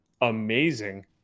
amazing